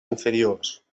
inferiors